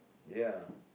ya